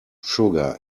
sugar